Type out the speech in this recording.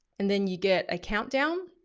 and then you get a countdown.